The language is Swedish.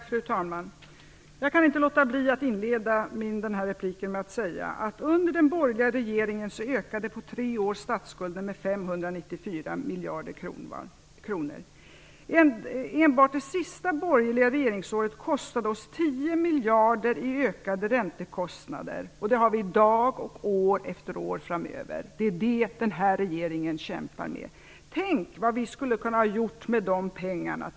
Fru talman! Jag kan inte låta bli att inleda denna replik med att säga att under den borgerliga regeringen ökade statsskulden på tre år med 594 miljarder kronor. Enbart det sista borgerliga regeringsåret kostade oss 10 miljarder i ökade räntor. Det har vi att betala i dag och år efter år framöver. Det är detta som nuvarande regering kämpar med. Tänk vad vi skulle kunna ha gjort med dessa pengar!